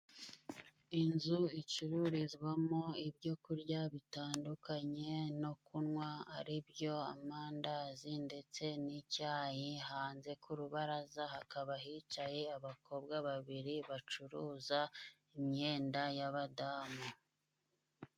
Inzu icururizwamo ibyokurya bitandukanye no kunywa ari byo: amandazi ndetse n'icyayi, hanze ku rubaraza hakaba hicaye abakobwa babiri bacuruza imyenda y'abadamu.